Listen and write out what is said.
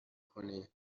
کنه